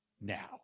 now